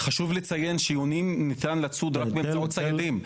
חשוב לציין שיונים ניתן לצוד רק באמצעות ציידים.